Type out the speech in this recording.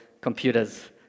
computers